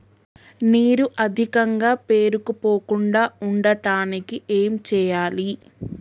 నీరు అధికంగా పేరుకుపోకుండా ఉండటానికి ఏం చేయాలి?